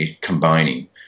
combining